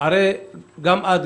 הרי גם את,